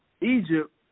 Egypt